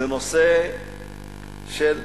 זה נושא של,